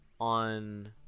on